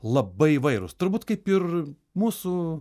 labai įvairūs turbūt kaip ir mūsų